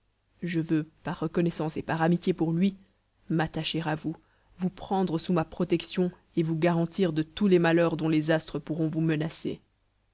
je veux par reconnaissance et par amitié pour lui m'attacher à vous vous prendre sous ma protection et vous garantir de tous les malheurs dont les astres pourront vous menacer